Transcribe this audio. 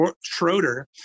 Schroeder